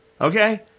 okay